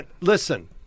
Listen